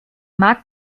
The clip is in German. mag